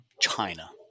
China